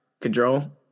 Control